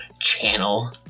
Channel